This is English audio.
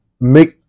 make